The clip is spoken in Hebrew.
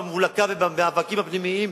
במבולקה ובמאבקים הפנימיים,